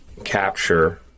capture